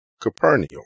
Capernaum